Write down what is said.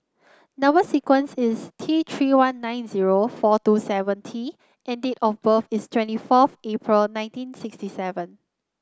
number sequence is T Three one nine zero four two seven T and date of birth is twenty forth April nineteen sixty seven